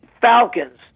Falcons